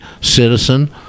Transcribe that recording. citizen